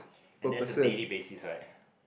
and as a daily basis right